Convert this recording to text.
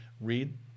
read